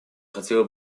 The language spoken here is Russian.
хотела